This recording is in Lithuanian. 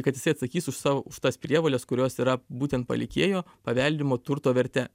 kad jis atsakys už sa už tas prievoles kurios yra būtent palikėjo paveldimo turto verte